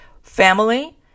family